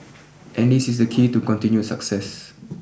and this is the key to continued success